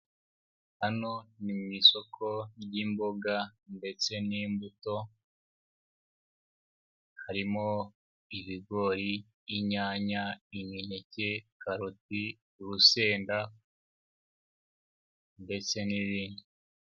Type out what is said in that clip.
Hano ni mu isoko ry'imboga ndetse n'imbuto, harimo ibigori, inyanya, imineke, karoti, urusenda ndetse n'ibindi.